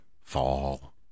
fall